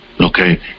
Okay